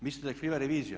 Mislite da je kriva revizija?